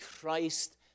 Christ